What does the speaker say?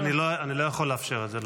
-- אני לא יכול לאפשר את זה.